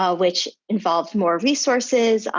ah which involved more resources,